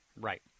Right